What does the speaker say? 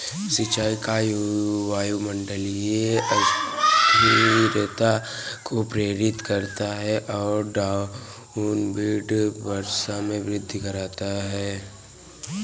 सिंचाई का वायुमंडलीय अस्थिरता को प्रेरित करता है और डाउनविंड वर्षा में वृद्धि करता है